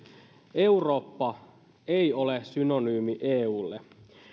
eurooppa ei ole synonyymi eulle